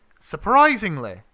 surprisingly